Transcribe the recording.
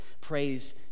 praise